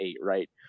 right